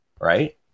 Right